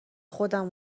خودم